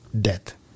Death